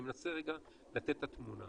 אני מנסה רגע לתת את התמונה.